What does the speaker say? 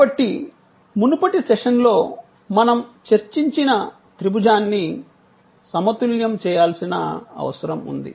కాబట్టి మునుపటి సెషన్లో మనం చర్చించిన త్రిభుజాన్ని సమతుల్యం చేయాల్సిన అవసరం ఉంది